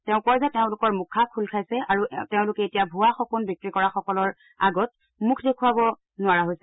তেওঁ কয় যে তেওঁলোকৰ মুখা খোল খাইছে আৰু তেওঁলোকে এতিয়া ভুৱা সপোন বিক্ৰী কৰা সকলৰ আগত মুখ দেখুৱাব নোৱাৰা হৈছে